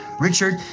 richard